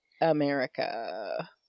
America